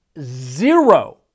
zero